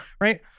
Right